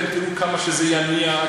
אתם תראו כמה שזה יניע,